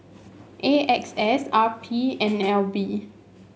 A X S R P N L B